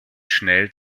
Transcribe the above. schnell